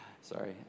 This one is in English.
Sorry